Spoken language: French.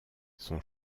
son